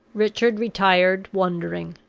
richard retired wondering,